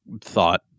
thought